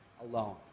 alone